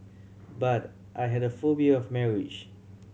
but I had a phobia of marriage